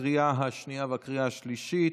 לקריאה השנייה ולקריאה השלישית.